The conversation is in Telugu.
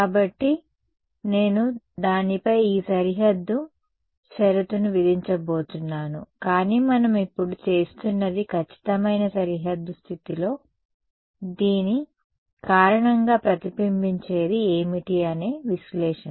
కాబట్టి నేను దానిపై ఈ సరిహద్దు షరతును విధించబోతున్నాను కానీ మనం ఇప్పుడు చేస్తున్నది ఖచ్చితమైన సరిహద్దు స్థితిలో దీని కారణంగా ప్రతిబింబించేది ఏమిటి అనే విశ్లేషణ